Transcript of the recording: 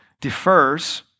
defers